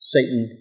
Satan